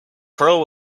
pearl